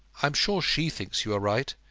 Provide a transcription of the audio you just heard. i'm sure she thinks you are right.